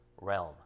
realm